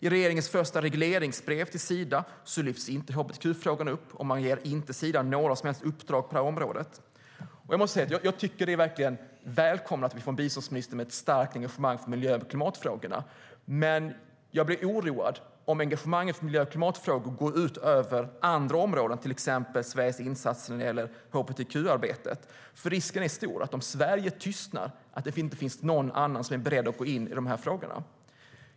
I regeringens första regleringsbrev till Sida lyfts inte hbtq-frågorna upp, och man ger inte Sida några som helst uppdrag på området. Jag välkomnar verkligen att vi får en biståndsminister med ett starkt engagemang för miljö och klimatfrågorna. Men jag blir oroad om engagemanget i miljö och klimatfrågor går ut över andra områden, till exempel Sveriges insatser när det gäller hbtq-arbetet. Risken är stor att det, om Sverige tystnar, inte finns någon annan som är beredd att gå in i de här frågorna.